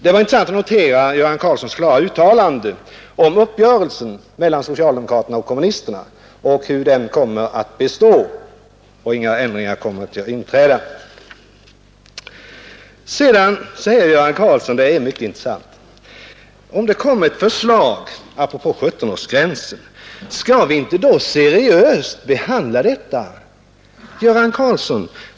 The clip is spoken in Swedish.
Det var intressant att notera Göran Karlssons klara uttalande om uppgörelsen mellan socialdemokraterna och kommunisterna och hur den kommer att bestå utan några ändringar. Vidare ställer Göran Karlsson den mycket intressanta frågan om vi inte seriöst skall behandla ett förslag om 17-årsgränsen, om ett sådant framläggs. Göran Karlsson!